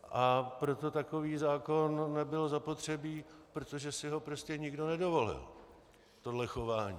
A proto takový zákon nebyl zapotřebí, protože si ho prostě nikdo nedovolil, tohle chování.